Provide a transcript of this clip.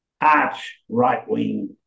arch-right-wing